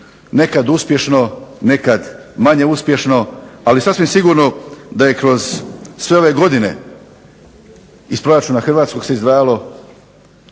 nekad uspješno, nekad manje uspješno ali sasvim sigurno da je kroz sve ove godine iz hrvatskog proračuna izdvajalo